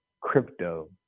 crypto